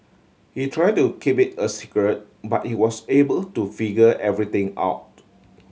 hey try to keep it a secret but he was able to figure everything out